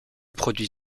produit